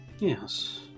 Yes